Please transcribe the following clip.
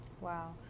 Wow